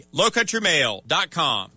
lowcountrymail.com